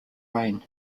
rain